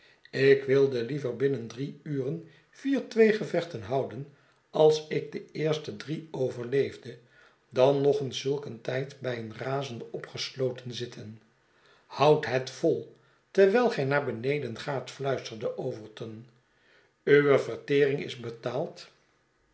ik wilde liever binnen drie uren vier tweegevechten houden als ik de eerste drie overleefde dan nog eens zulk een tijd bij een razende opgesloten zitten houd het vol terwijl gij naar beneden gaat fluisterde overton uwe vertering is betaald